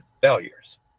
failures